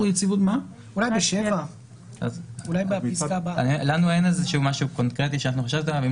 אולי בפסקה 7. לנו אין משהו קונקרטי שחשבנו עליו.